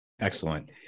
Excellent